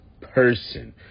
person